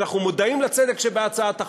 אנחנו מודעים לצדק שבהצעת החוק,